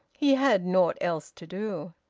he had naught else to do.